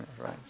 Right